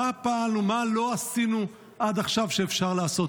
מה פעל ומה לא עשינו עד עכשיו שאפשר לעשות?